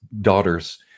daughters